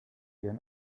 ihren